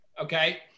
Okay